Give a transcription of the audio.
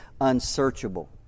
unsearchable